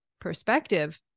perspective